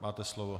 Máte slovo.